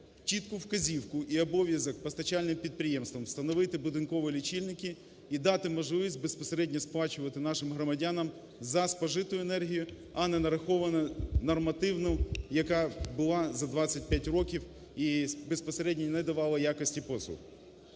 чітку вказівку і обов'язок постачальним підприємствам встановити будинкові лічильники і дати можливість безпосередньо сплачувати нашим громадянам за спожиту енергію, а не нараховану нормативну, яка була за 25 років і безпосередньо не давала якості послуг.